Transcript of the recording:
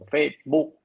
Facebook